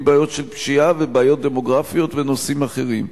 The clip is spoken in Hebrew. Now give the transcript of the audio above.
בעיות של פשיעה ובעיות דמוגרפיות ונושאים אחרים.